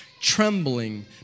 Trembling